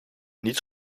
niets